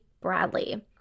Bradley